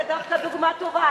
זאת דווקא דוגמה טובה.